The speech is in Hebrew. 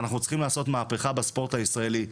ושאנחנו צריכים לעשות מהפיכה בספורט הישראלי.